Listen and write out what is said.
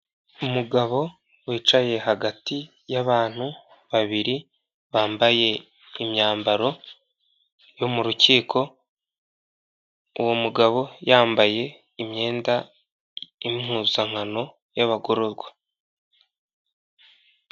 Umugabo wicaye hagati y'abantu babiri bambaye imyambaro yo murukiko, uwo mugabo yambaye imyenda yimuzankano yabagororwa.